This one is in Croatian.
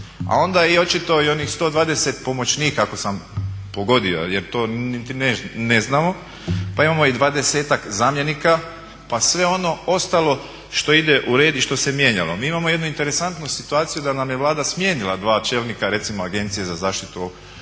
a onda je i očito onih 120 pomoćnika ako sam pogodio jer to niti ne znamo pa imamo i 20-tak zamjenika pa sve ono ostalo što ide u red i što se mijenjalo. Mi imamo jednu interesantnu situaciju da nam je Vlada smijenila dva čelnika Raspravili smo